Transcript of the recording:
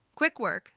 QuickWork